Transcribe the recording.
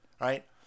right